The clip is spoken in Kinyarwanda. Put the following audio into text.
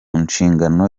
nshingano